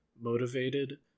motivated